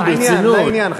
נו, ברצינות.